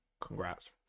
Congrats